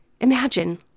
Imagine